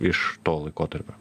iš to laikotarpio